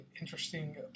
interesting